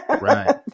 Right